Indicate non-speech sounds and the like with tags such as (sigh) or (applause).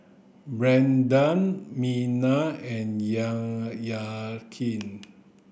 Brandan Mena and (unintelligible)